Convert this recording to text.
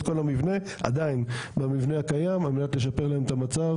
כל המבנה עדיין במבנה הקיים על מנת לשפר להם את המצב,